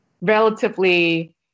relatively